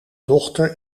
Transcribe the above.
dochter